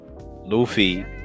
Luffy